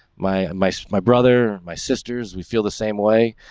my, my, so my brother my sisters. we feel the same way.